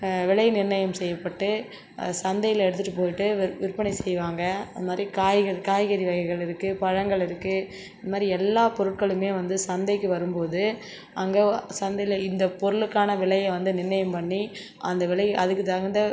விலை நிர்ணயம் செய்யப்பட்டு சந்தையில் எடுத்துட்டு போயிட்டு விற் விற்பனை செய்வாங்க அந்த மாதிரி காய்கறி காய்கறி வகைகள் இருக்குது பழங்கள் இருக்குது இந்த மாதிரி எல்லா பொருட்களுமே வந்து சந்தைக்கு வரும்போது அங்கே சந்தையில் இந்தப் பொருளுக்கான விலையை வந்து நிர்ணயம் பண்ணி அந்த விலை அதுக்குத் தகுந்த